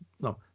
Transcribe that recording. no